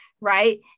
right